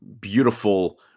beautiful